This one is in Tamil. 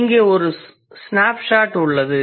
இங்கே ஒரு ஸ்னாப்ஷாட் உள்ளது